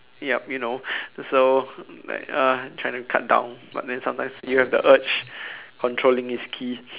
yup you know so like uh trying to cut down but then sometimes you have the urge controlling is key